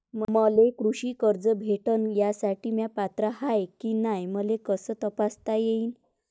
मले कृषी कर्ज भेटन यासाठी म्या पात्र हाय की नाय मले कस तपासता येईन?